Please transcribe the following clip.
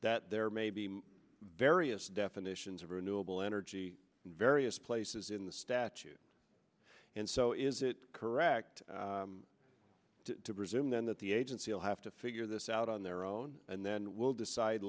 that there may be various definitions of renewable energy in various places in the statute and so is it correct to presume then that the agency will have to figure this out on their own and then we'll decide